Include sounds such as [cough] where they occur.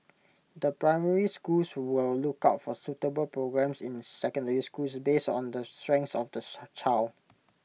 the primary schools will look out for suitable programmes in secondary schools based on the strengths of the [unintelligible] child